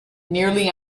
nearly